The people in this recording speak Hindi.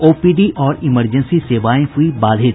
ओपीडी और इमरजेंसी सेवाएं हुई बाधित